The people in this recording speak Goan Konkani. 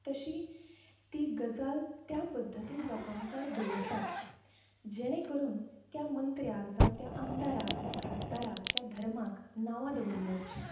तशी तीं गजाल त्या पद्दतीन लोकां मुखार दवरतात जेणे करून त्या मंत्र्याक जांव त्या आमदाराक त्या खासदाराक त्या धर्माक नावां दवरलीं वचचीं